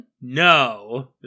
No